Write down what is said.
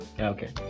Okay